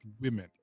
women